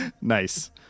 Nice